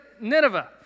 Nineveh